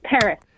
Paris